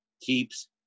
keeps